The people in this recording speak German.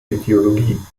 ideologie